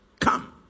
Come